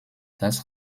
das